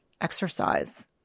exercise